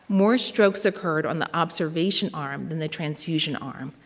more strokes occurred on the observation arm than the transfusion arm,